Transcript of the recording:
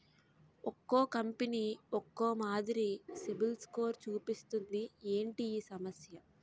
ఒక్కో కంపెనీ ఒక్కో మాదిరి సిబిల్ స్కోర్ చూపిస్తుంది ఏంటి ఈ సమస్య?